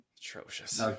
Atrocious